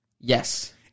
Yes